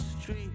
street